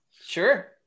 Sure